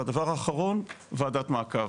והדבר האחרון, וועדת מעקב.